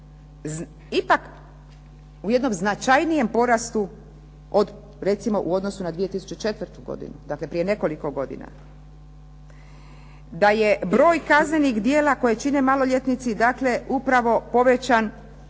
ipak u jednom značajnijem porastu od recimo u odnosu na 2004. godinu, dakle prije nekoliko godina. Da je broj kaznenih djela koje čine maloljetnici upravo povećan